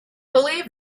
believe